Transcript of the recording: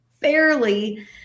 fairly